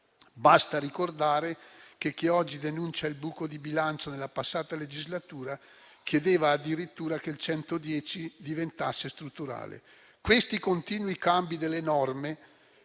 Basta ricordare che chi oggi denuncia il buco di bilancio, nella passata legislatura chiedeva addirittura che il *bonus* 110 diventasse strutturale. Questi continui cambi delle norme,